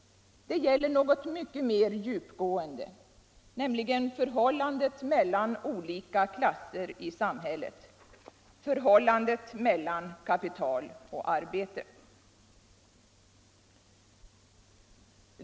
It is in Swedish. Det gäller något mycket mer djupgående, nämligen förhållandet mellan olika klasser i samhället, förhållandet mellan kapital och arbete.